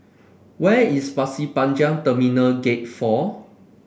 where is Pasir Panjang Terminal Gate Four